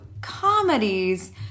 comedies